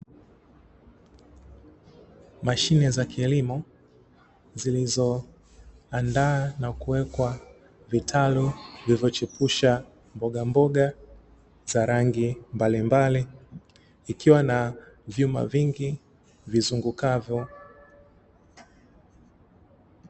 Mashine za kilimo zilizoandaa na kuwekwa vitalu, vilivyochipusha mbogamboga za rangi mbalimbali, ikiwa na vyuma vingi vizungukavyo.